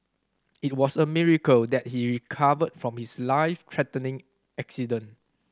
it was a miracle that he recovered from his life threatening accident